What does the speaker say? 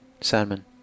salmon